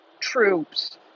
Troops